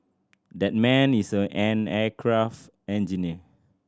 that man is a an aircraft engineer